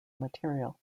material